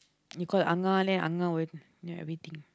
you call Ah-Ngah then Ah-Ngah will know everything